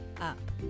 up